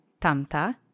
tamta